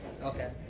Okay